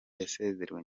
yasezerewe